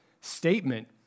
statement